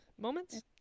moments